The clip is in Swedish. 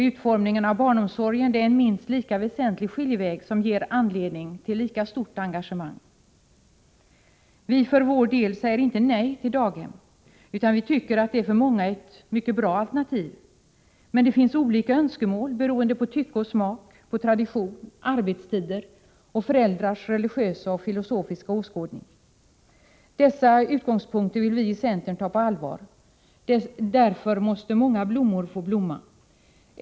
Utformningen av barnomsorgen är en minst lika väsentlig skiljeväg, som ger anledning till lika stort engagemang. Vi för vår del säger inte nej till daghem, utan vi tycker att det för många är ett mycket bra alternativ, men det finns olika önskemål beroende på tycke och smak, tradition, arbetstider och föräldrars religiösa och filosofiska åskådning. Dessa utgångspunkter vill vi i centern ta på allvar. Därför måste många blommor få blomma.